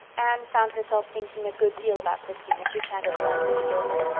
anne found herself thinking a good deal about christine as she chatted lightly to gilbert.